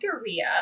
Korea